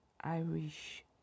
Irish